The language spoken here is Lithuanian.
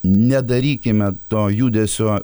nedarykime to judesio